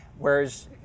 Whereas